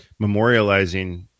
memorializing